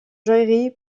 joaillerie